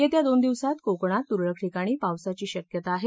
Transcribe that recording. येत्या दोन दिवसात कोकणात तुरळक ठिकाणी पावसाची शक्यता आहे